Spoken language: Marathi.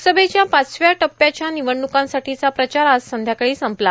लोकसभेच्या पाचव्या टप्प्याच्या र्निवडणुकांसाठींचा प्रचार आज संध्याकाळी संपला